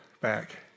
Back